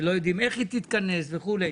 לא יודעים איך היא תתכנס וכולי.